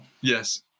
Yes